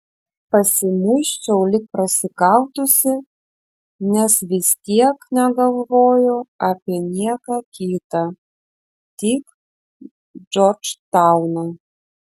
pasimuisčiau lyg prasikaltusi nes vis tiek negalvojau apie nieką kitą tik džordžtauną